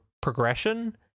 progression